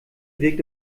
wirkt